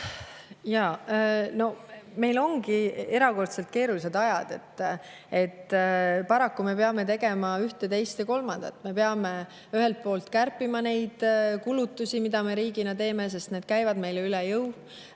Jaa, meil ongi erakordselt keerulised ajad. Paraku me peame tegema ühte, teist ja kolmandat. Me peame ühelt poolt kärpima kulutusi, mida me riigina teeme, sest need käivad meile üle jõu.